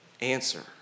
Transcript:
answer